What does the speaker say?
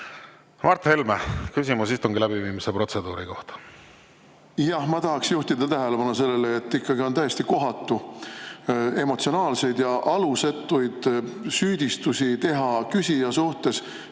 Mart Helme, küsimus istungi läbiviimise protseduuri kohta. Jah! Ma tahaksin juhtida tähelepanu sellele, et on täiesti kohatu esitada emotsionaalseid ja alusetuid süüdistusi küsija vastu